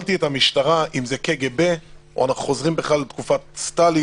שאלתי את המשטרה אם זה קג"ב או שאנחנו חוזרים לתקופת סטלין.